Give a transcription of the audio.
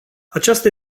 aceasta